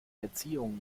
erziehung